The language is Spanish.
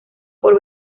por